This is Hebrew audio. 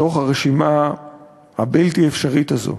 מתוך הרשימה הבלתי-אפשרית הזאת,